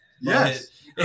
Yes